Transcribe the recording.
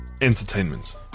entertainment